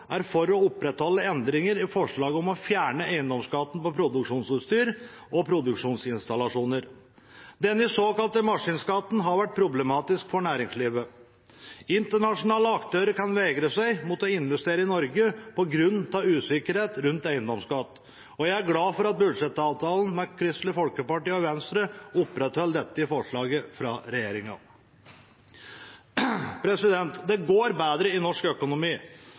er for å opprettholde endringer i forslaget om å fjerne eiendomsskatten på produksjonsutstyr og produksjonsinstallasjoner. Denne såkalte maskinskatten har vært problematisk for næringslivet. Internasjonale aktører kan vegre seg mot å investere i Norge på grunn av usikkerhet rundt eiendomsskatt, og jeg er glad for at budsjettavtalen med Kristelig Folkeparti og Venstre opprettholder dette forslaget fra regjeringen. Det går bedre i norsk økonomi.